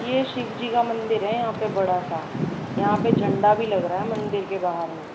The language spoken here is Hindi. यह शिव जी का मंदिर है यहाँ पर बड़ा सा यहाँ पर झंडा भी लग रहा है मंदिर के बाहर में